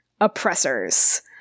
oppressors